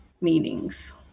meetings